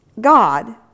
God